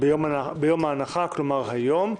ביום ההנחה, כלומר היום.